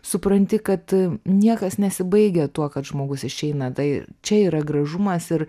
supranti kad niekas nesibaigia tuo kad žmogus išeina tai čia yra gražumas ir